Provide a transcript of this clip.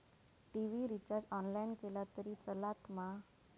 TV recharge online केला तरी चलात मा?